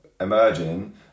emerging